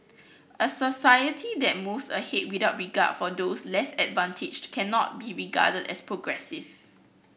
a society that moves ahead without regard for those less advantaged cannot be regarded as progressive